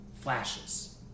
flashes